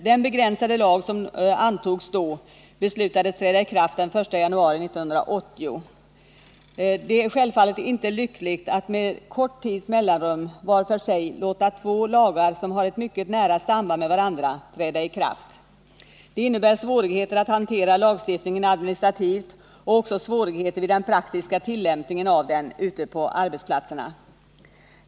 Den begränsade lag som antogs då beslutades träda i kraft den 1 januari 1980. Det är självfallet inte lyckligt att med kort tids mellanrum var för sig låta två lagar som har ett mycket nära samband med varandra träda i kraft. Det innebär svårigheter att hantera lagstiftningen administrativt och också svårigheter vid den praktiska tillämpningen av den ute på arbetsplatserna.